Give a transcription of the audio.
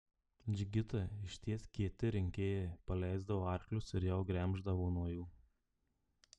džigitai iš ties kieti rinkėjai paleisdavo arklius ir jau gremždavo nuo jų